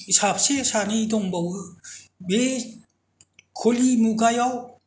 सासे सानै दंबावो बे कलि मुगायाव